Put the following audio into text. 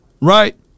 right